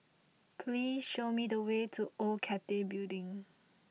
please show me the way to Old Cathay Building